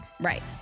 Right